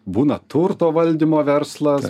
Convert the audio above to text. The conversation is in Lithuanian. būna turto valdymo verslas